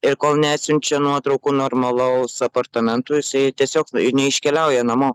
ir kol neatsiunčia nuotraukų normalaus apartamentų jisai tiesiog neiškeliauja namo